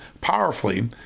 powerfully